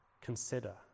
consider